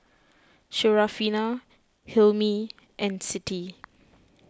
Syarafina Hilmi and Siti